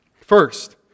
First